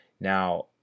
Now